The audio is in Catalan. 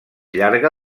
llarga